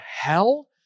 hell